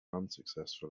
unsuccessful